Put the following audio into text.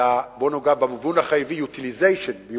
ומבחינת ה-utilization, זה